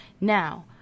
Now